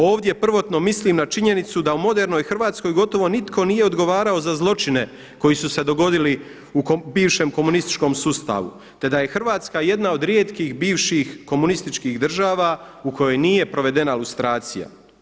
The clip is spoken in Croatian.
Ovdje prvotno mislim na činjenicu da u modernoj Hrvatskoj gotovo nitko nije odgovarao za zločine koji su se dogodili u bivšem komunističkom sustavu, te da je Hrvatska jedna od rijetkih bivših komunističkih država u kojoj nije provedena lustracija.